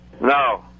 No